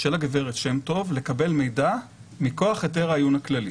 של הגב' שם טוב לקבל מידע מכוח היתר העיון הכללי.